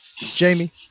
Jamie